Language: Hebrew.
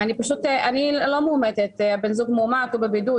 הן צריכות להיכנס ב-1 בינואר.